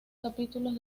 capítulos